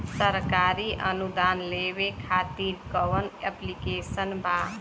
सरकारी अनुदान लेबे खातिर कवन ऐप्लिकेशन बा?